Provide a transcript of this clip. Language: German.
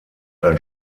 ein